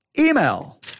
email